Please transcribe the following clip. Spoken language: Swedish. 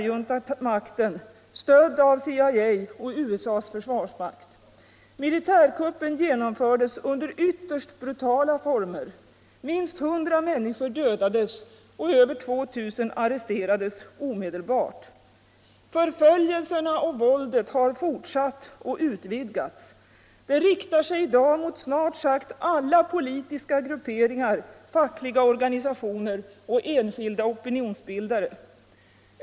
Jag skall börja med Thailand. Förföljelserna och våldet har fortsatt och vidgats. Det riktar sig i dag mot snart sagt alla politiska grupperingar, fackliga organisationer och enskilda opinionsbildare.